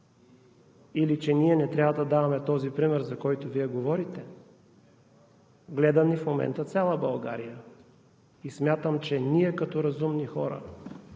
или че ние не трябва да даваме този пример, за който Вие говорите? В момента цяла България ни гледа. Смятам, че ние като разумни хора,